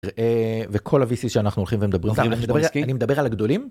וכל הוויסי שאנחנו הולכים ומדברים... סתם, אני אני מדבר על הגדולים?